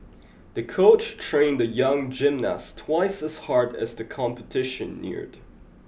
the coach trained the young gymnast twice as hard as the competition neared